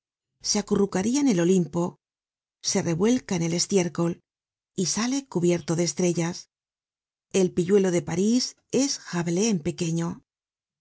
se acurrucaria en el olimpo se revuelca en el estiércol y sale cubierto de estrellas el pilluelo de parís es rabelais en pequeño